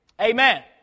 Amen